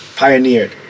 pioneered